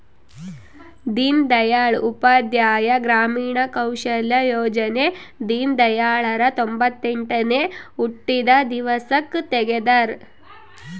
ದೀನ್ ದಯಾಳ್ ಉಪಾಧ್ಯಾಯ ಗ್ರಾಮೀಣ ಕೌಶಲ್ಯ ಯೋಜನೆ ದೀನ್ದಯಾಳ್ ರ ತೊಂಬೊತ್ತೆಂಟನೇ ಹುಟ್ಟಿದ ದಿವ್ಸಕ್ ತೆಗ್ದರ